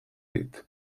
dit